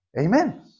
Amen